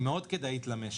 היא מאוד כדאית למשק.